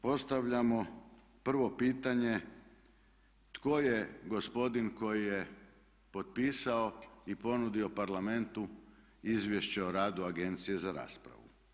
Postavljamo prvo pitanje tko je gospodin koji je potpisao i ponudio Parlamentu izvješće o radu agencije za raspravu.